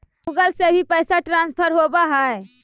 Google से भी पैसा ट्रांसफर होवहै?